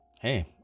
Hey